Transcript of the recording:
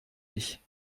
ich